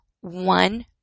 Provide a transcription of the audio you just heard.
one